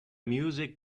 music